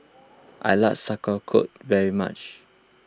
I like very much